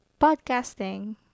podcasting